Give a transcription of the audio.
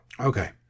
okay